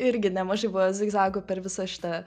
irgi nemažai buvę zigzagų per visą šitą